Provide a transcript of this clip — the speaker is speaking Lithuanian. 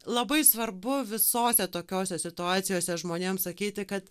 labai svarbu visose tokiose situacijose žmonėms sakyti kad